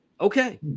okay